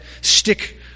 stick